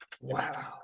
wow